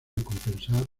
compensar